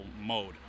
mode